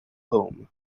home